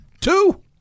Two